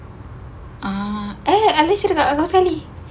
ah eh habis aku cakap apa pasal ini